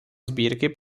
sbírky